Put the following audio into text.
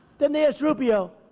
then they ask rubio,